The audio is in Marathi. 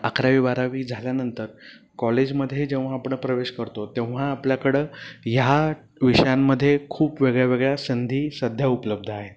अकरावी बारावी झाल्यानंतर कॉलेजमध्ये जेव्हा आपण प्रवेश करतो तेव्हा आपल्याकडं ह्या विषयांमध्ये खूप वेगळ्या वेगळ्या संधी सध्या उपलब्ध आहेत